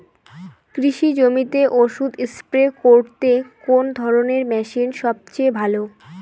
কৃষি জমিতে ওষুধ স্প্রে করতে কোন ধরণের মেশিন সবচেয়ে ভালো?